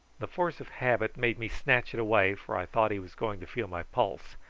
the force of habit made me snatch it away, for i thought he was going to feel my pulse.